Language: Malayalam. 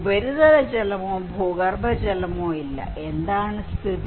ഉപരിതല ജലമോ ഭൂഗർഭജലമോ ഇല്ല എന്താണ് സ്ഥിതി